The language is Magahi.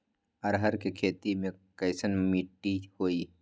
अरहर के खेती मे कैसन मिट्टी होइ?